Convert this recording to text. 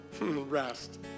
Rest